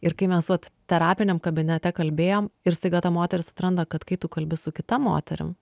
ir kai mes vat terapiniam kabinete kalbėjom ir staiga ta moteris atranda kad kai tu kalbi su kita moterim